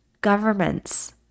Governments